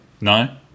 No